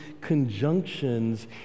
conjunctions